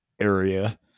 area